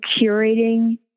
curating